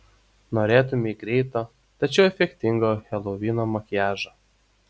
norėtumei greito tačiau efektingo helovino makiažo